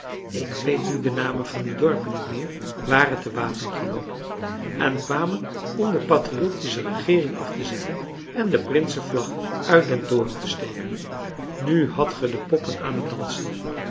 ik weet nu de namen van die dorpen niet meer waren te wapen geloopen en kwamen om de patriottische regeering af te zetten en de prinsenvlag uit den toren te steken nu hadt ge de poppen aan het dansen